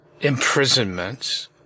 imprisonments